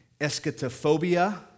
eschatophobia